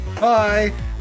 bye